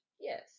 Yes